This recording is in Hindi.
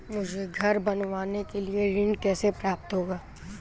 मुझे घर बनवाने के लिए ऋण कैसे प्राप्त होगा?